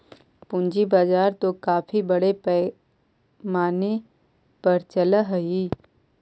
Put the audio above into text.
पूंजी बाजार तो काफी बड़े पैमाने पर चलअ हई